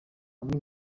amwe